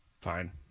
Fine